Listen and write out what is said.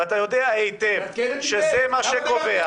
ואתה יודע היטב שזה מה שקובע